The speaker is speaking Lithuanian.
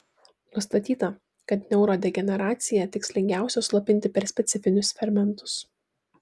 nustatyta kad neurodegeneraciją tikslingiausia slopinti per specifinius fermentus